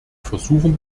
versuchen